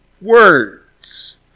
words